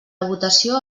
votació